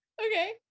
okay